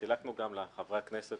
גם חילקנו לחברי הכנסת